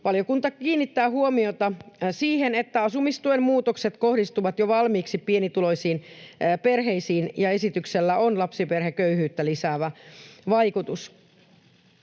Valiokunta kiinnittää huomiota siihen, että asumistuen muutokset kohdistuvat jo valmiiksi pienituloisiin perheisiin ja esityksellä on lapsiperheköyhyyttä lisäävä vaikutus.